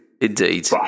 Indeed